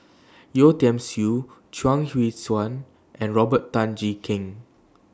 Yeo Tiam Siew Chuang Hui Tsuan and Robert Tan Jee Keng